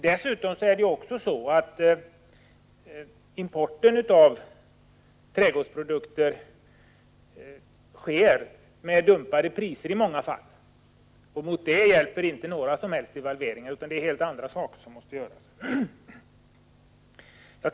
Dessutom sker ju importen av trädgårdsprodukter i många fall till dumpade priser. Mot det hjälper inga som helst devalveringar, utan det är helt andra saker som måste göras.